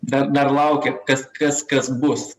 dar dar laukia kas kas kas bus